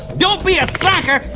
don't be a slacker,